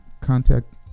contact